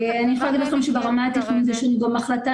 אני רוצה להגיד לכם שיש לנו גם מחלקה